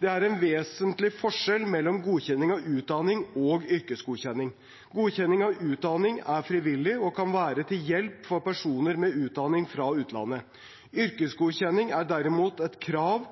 Det er en vesentlig forskjell mellom godkjenning av utdanning og yrkesgodkjenning. Godkjenning av utdanning er frivillig og kan være til hjelp for personer med utdanning fra utlandet. Yrkesgodkjenning er derimot et krav